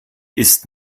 ist